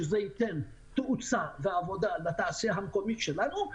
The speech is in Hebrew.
דבר שייתן תאוצה ועבודה לתעשייה המקומית שלנו,